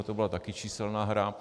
To byla také číselná hra.